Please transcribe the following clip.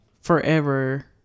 forever